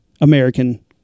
American